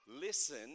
Listen